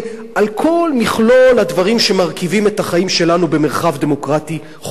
על כל מכלול הדברים שמרכיבים את החיים שלנו במרחב דמוקרטי חופשי.